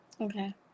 Okay